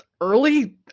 early